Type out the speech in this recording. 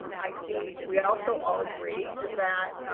um i think we also all agree that